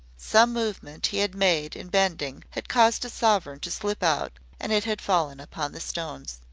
some movement he had made in bending had caused a sovereign to slip out and it had fallen upon the stones.